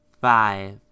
five